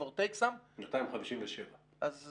257. אנחנו